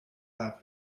have